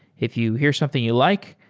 if you hear something you like,